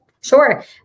Sure